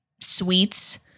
sweets